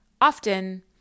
often